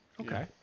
Okay